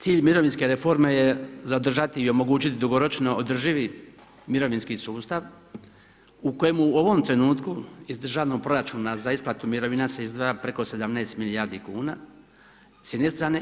Cilj mirovinske reforme je zadržati i omogućiti dugoročno održivi mirovinski sustav u kojemu u ovom trenutku iz državnog proračuna za isplatu mirovina se izdvaja preko 17 milijardi kuna s jedne strane.